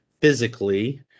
physically